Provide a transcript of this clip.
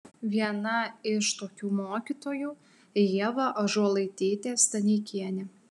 viena iš tokių mokytojų ieva ąžuolaitytė staneikienė